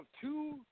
two